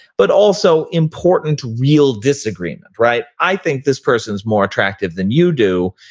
but also important, real disagreement, right? i think this person is more attractive than you do,